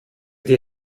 die